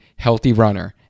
HealthyRunner